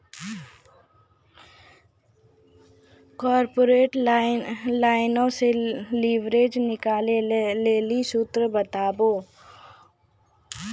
corporate लाइनो मे leverage निकालै लेली सूत्र बताबो